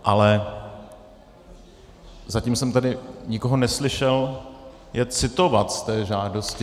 Ale zatím jsem tady nikoho neslyšel je citovat z té žádosti.